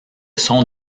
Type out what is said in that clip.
sont